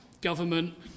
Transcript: government